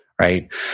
Right